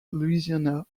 louisiana